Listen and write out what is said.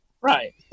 right